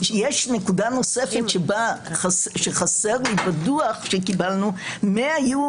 יש נקודה נוספת שחסרה לי בדוח שקיבלנו והיא מה היו